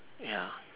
ya